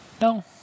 No